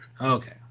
Okay